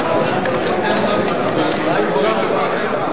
הוצאות מינהל מקרקעי ישראל (תכנון ופיתוח במגזרי המיעוטים),